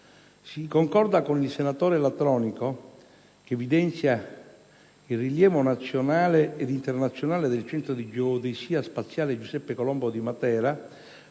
Si concorda con il senatore Latronico, che evidenzia il rilievo nazionale ed internazionale del Centro di geodesia spaziale «Giuseppe Colombo» di Matera,